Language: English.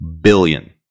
billion